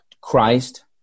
Christ